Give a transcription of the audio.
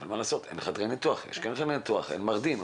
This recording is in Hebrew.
אבל אין חדרי ניתוח, אין מרדים.